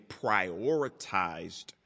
prioritized